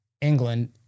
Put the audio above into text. England